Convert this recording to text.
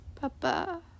Papa